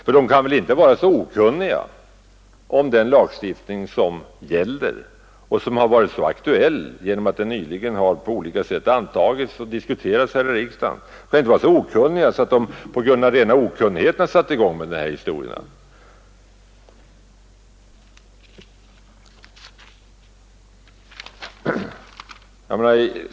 För de kan väl inte vara så ovetande om den lagstiftning som gäller — och som har varit så aktuell därför att den nyligen har antagits och diskuterats här i riksdagen — att de på grund av rena okunnigheten har satt i gång de här projekten?